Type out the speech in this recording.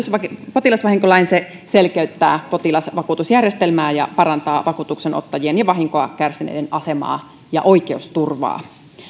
potilasvahinkolain se selkeyttää potilasvakuutusjärjestelmää ja parantaa vakuutuksenottajien ja vahinkoa kärsineiden asemaa ja oikeusturvaa